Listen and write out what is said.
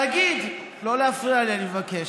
תגיד, לא להפריע לי, אני מבקש.